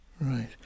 right